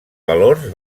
valors